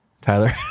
Tyler